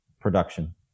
production